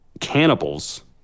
cannibals